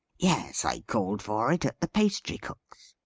yes i called for it at the pastry-cook's.